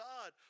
God